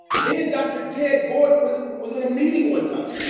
me and dr. ted gordon was was in a meeting one time.